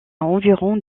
environ